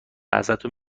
ازتون